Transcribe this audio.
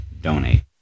donate